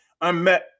unmet